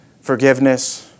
forgiveness